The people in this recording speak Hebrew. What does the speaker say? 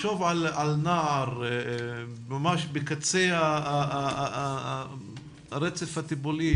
לחשוב על נער ממש בקצה הרצף הטיפולי